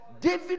David